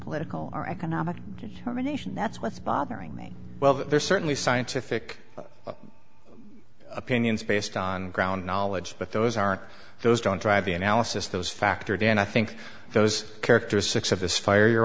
political or economic domination that's what's bothering me well there's certainly scientific opinions based on ground knowledge but those aren't those don't drive the analysis those factors and i think those characteristics of this fire your